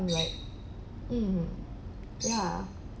I'm like mm ya